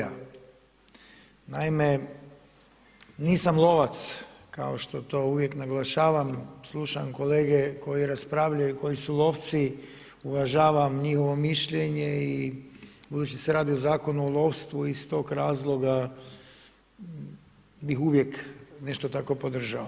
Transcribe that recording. Naime, nisam lovac kao što to uvijek naglašavam, slušam kolege koji raspravljaju, koji su lovci, uvažavam njihovo mišljenje i budući da se radi o Zakonu o lovstvu, iz tog razloga bi uvijek nešto tako podržao.